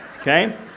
okay